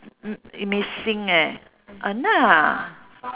m~ missing eh !hanna!